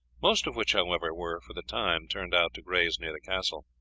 most of which, however, were for the time turned out to graze near the castle.